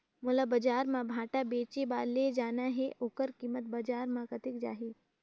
मोला बजार मां भांटा बेचे बार ले जाना हे ओकर कीमत बजार मां कतेक जाही?